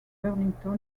burlington